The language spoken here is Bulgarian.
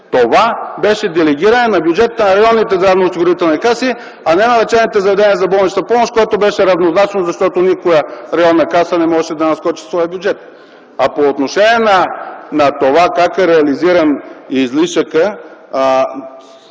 Това беше делегиране на бюджетите на районните здравноосигурителни каси, а не на лечебните заведения за болнична помощ, което беше равнозначно, защото никоя районна каса не можеше да надскочи своя бюджет. По отношение как е реализиран излишъкът,